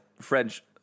French